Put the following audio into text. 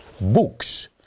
books